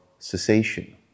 cessation